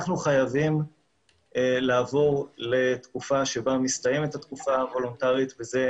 אנחנו חייבים לעבור לתקופה שבה מסתיימת התקופה הוולונטרית וזה